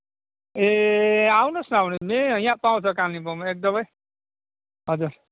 ए आउनुहोस् न आउनुहोस् मे यहाँ पाउँछ कालिम्पोङमा एकदमै हजुर